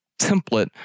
template